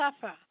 suffer